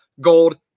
Gold